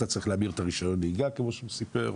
אתה צריך להמיר את רישיון הנהיגה כמו שהוא סיפר,